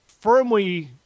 firmly